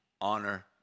honor